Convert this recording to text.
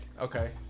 Okay